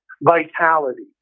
vitality